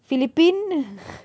philippine